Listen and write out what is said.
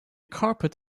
carpet